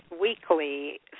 weekly